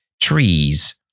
trees